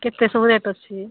କେତେ ସବୁ ରେଟ୍ ଅଛି